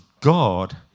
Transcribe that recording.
God